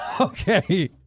Okay